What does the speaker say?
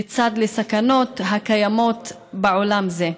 לצד הסכנות הקיימות בעולם זה.